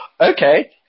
okay